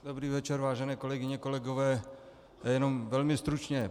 Dobrý večer, vážené kolegyně, kolegové, jenom velmi stručně.